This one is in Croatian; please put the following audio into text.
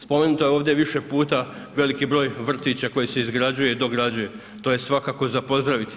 Spomenuto je ovdje više puta veliki broj vrtića koji se izgrađuje i dograđuje, to je svakako za pozdraviti.